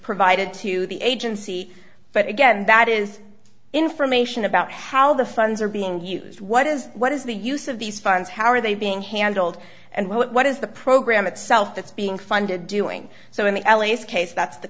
provided to the agency but again that is information about how the funds are being used what is what is the use of these funds how are they being handled and what is the program itself that's being funded doing so in the las case that's the